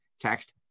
Text